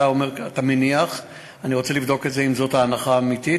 אתה מניח, אני רוצה לבדוק אם זאת ההנחה האמיתית.